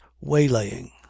waylaying